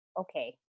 okay